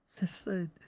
Listen